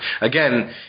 Again